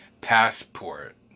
passport